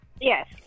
Yes